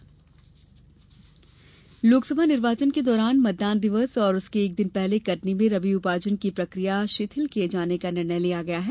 रबी ऊपार्जन लोकसभा निर्वाचन के दौरान मतदान दिवस और उसके एक दिन पहले कटनी में रबी उपार्जन की प्रक्रिया शिथिल किये जाने का निर्णय लिया गया है